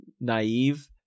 naive